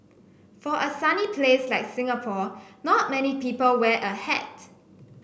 for a sunny place like Singapore not many people wear a hat